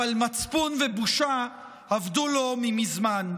אבל מצפון ובושה אבדו לו מזמן.